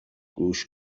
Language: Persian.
گوش